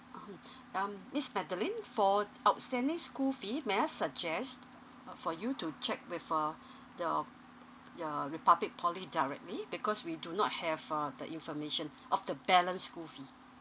um um miss madeline for outstanding school fee may I suggest uh for you to check with uh the your republic poly directly because we do not have uh the information of the balance school fee